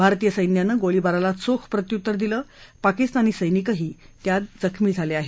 भारतीय सैन्यानं गोळीबाराला चोख प्रत्युत्तर दिलं असून पाकिस्तानी सैनिकही जखमी झाले आहेत